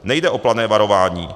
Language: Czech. Nejde o plané varování.